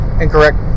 incorrect